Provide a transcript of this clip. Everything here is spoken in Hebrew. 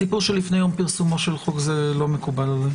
הסיפור של לפני יום פרסומו של חוק זה לא מקובל עליי.